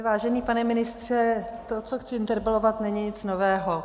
Vážený pane ministře, to, co chci interpelovat, není nic nového.